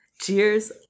Cheers